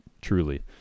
truly